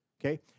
Okay